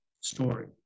story